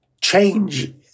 change